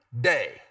day